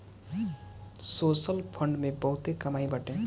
social fund में बहुते कमाई बाटे